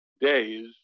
days